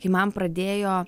kai man pradėjo